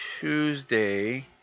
Tuesday